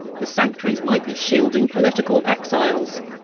the sanctuaries might be shielding political exiles.